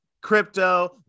crypto